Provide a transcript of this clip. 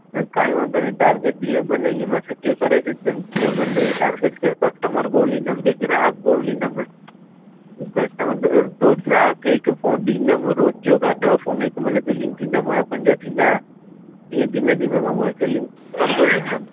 त काई वांद हीअ टारगेट जीअं कंदे माना इयो मां करे छॾिदमि तीअं बंदि टारगेट के कस्टमर ॻोल्हिंदमि जे ग्राहक ॻोल्हिंदमि कस्टमर जो ग्राहक खे हिकु फ़ोन ॾींदम रोज़ जो हिकु ॾह फ़ोन हिक महिल सेलिंग थींदा मुंहिंजा पंज थींदा ईअं धीमे धीमे मां उअ सेलिंग कंदो रहंदमि